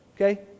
Okay